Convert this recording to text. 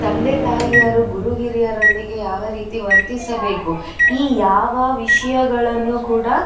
ತಂದೆ ತಾಯಿಯರು ಗುರುಹಿರಿಯರೊಂದಿಗೆ ಯಾವ ರೀತಿ ವರ್ತಿಸಬೇಕು ಈ ಯಾವ ವಿಷಯಗಳನ್ನು ಕೂಡ